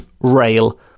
rail